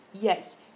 Yes